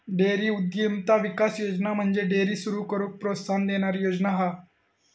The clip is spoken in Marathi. डेअरी उद्यमिता विकास योजना म्हणजे डेअरी सुरू करूक प्रोत्साहन देणारी योजना हा